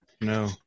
No